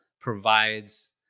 provides